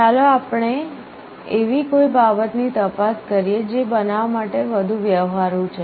ચાલો આપણે એવી કોઈ બાબતની તપાસ કરીએ જે બનાવવા માટે વધુ વ્યવહારુ છે